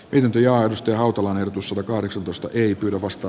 yhtiö osti hautuneet usa kahdeksantoista ypyluvasta